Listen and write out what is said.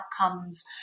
outcomes